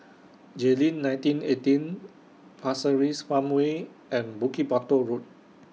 Jayleen nineteen eighteen Pasir Ris Farmway and Bukit Batok Road